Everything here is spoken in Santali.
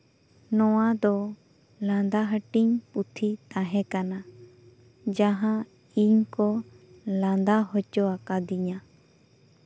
ᱱᱚᱣᱟ ᱫᱚ ᱞᱟᱸᱫᱟ ᱦᱟᱹᱴᱤᱧ ᱯᱩᱛᱷᱤ ᱛᱟᱦᱮᱸ ᱠᱟᱱᱟ ᱡᱟᱦᱟᱸ ᱤᱧ ᱠᱚ ᱞᱟᱸᱫᱟ ᱦᱚᱪᱚ ᱟᱠᱟᱫᱤᱧᱟ